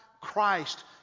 Christ